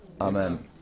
Amen